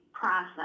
process